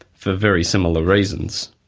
for very similar reasons.